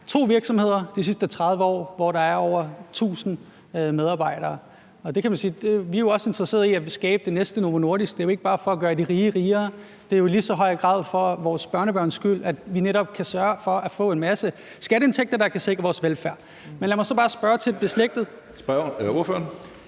to virksomheder, hvor der er over 1.000 medarbejdere, og man kan jo sige, at vi også er interesseret i at skabe det næste Novo Nordisk. Det er jo ikke bare for at gøre de rige rigere. Det er jo i lige så høj grad for vores børnebørns skyld, altså at vi netop kan sørge for at få en masse skatteindtægter, der kan sikre vores velfærd. Kl. 17:01 Tredje næstformand (Karsten Hønge): Ordføreren.